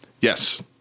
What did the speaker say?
Yes